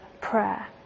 prayer